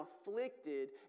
afflicted